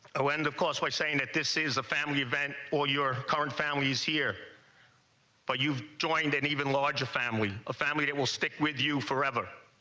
oh, and of course, what saying that this is a family event, or your current family is here but you've joined an and even larger family. a family that will stick with you forever.